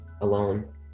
alone